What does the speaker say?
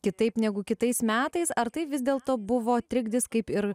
kitaip negu kitais metais ar tai vis dėlto buvo trikdis kaip ir